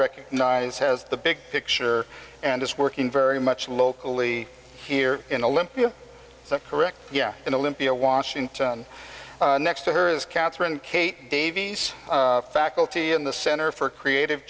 recognize has the big picture and is working very much locally here in olympia correct yeah and olympia washington next to her is katherine kate davies faculty in the center for creative